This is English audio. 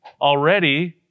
already